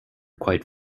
quite